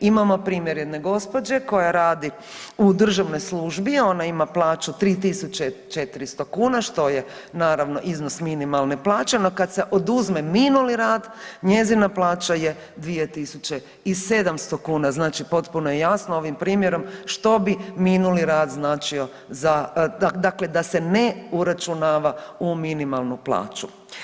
Imamo primjer jedne gospođe koja radi u državnoj službi, ona ima plaću 3.400 kuna što je naravno iznos minimalne plaće, no kad se oduzme minuli rad njezina plaća je 2.700 kuna, znači potpuno je jasno ovim primjerom što bi minuli rad značio, dakle da se ne uračunava u minimalnu plaću.